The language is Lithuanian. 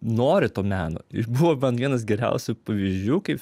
nori to meno ir buvo man vienas geriausių pavyzdžių kaip